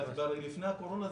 לפני הקורונה,